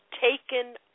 taken